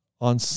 on